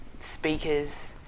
speakers